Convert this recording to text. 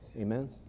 amen